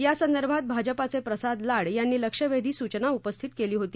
यासंदर्भात भाजपाचे प्रसाद लाड यांनी लक्षवेधी सूचना उपस्थित केली होती